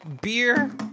beer